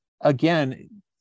again